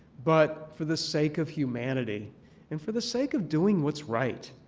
but for the sake of humanity and for the sake of doing what's right.